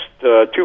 two